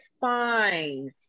fine